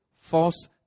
false